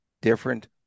different